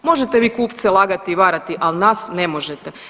Možete vi kupce lagati i varati, ali nas ne možete.